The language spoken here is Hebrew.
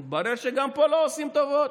מתברר שגם פה לא עושים טובות.